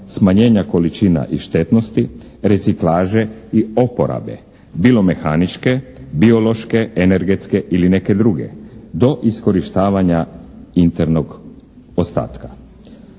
smanjenja količina i štetnosti, reciklaže i oporabe, bilo mehaničke, biološke, energetske ili neke druge do iskorištavanja internog ostatka.